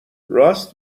راست